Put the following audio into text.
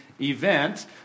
event